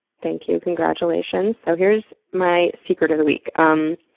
thank you. congratulations. so, here's my secret of the week. um